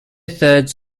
thirds